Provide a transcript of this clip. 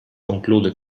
conclude